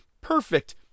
Perfect